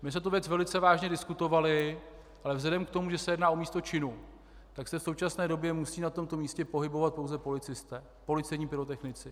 My tu věc velice vážně diskutovali, ale vzhledem k tomu, že se jedná o místo činu, tak se v současné době musí na tomto místě pohybovat pouze policisté, policejní pyrotechnici.